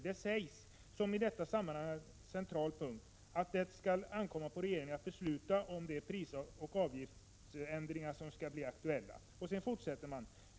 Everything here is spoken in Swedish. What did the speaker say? Det ses som en i detta sammanhang central punkt att det skall ankomma på regeringen att besluta om de prisoch avgiftsändringar som skall bli aktuella.